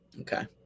okay